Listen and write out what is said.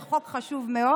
זה חוק חשוב מאוד.